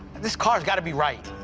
this car's gotta be right.